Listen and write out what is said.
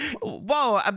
whoa